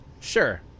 Sure